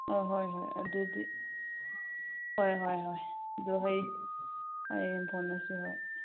ꯑꯣ ꯍꯣꯏ ꯍꯣꯏ ꯑꯗꯨꯗꯤ ꯍꯣꯏ ꯍꯣꯏ ꯍꯣꯏ ꯑꯗꯨ ꯍꯌꯦꯡ ꯐꯥꯎꯅꯁꯤ ꯍꯣꯏ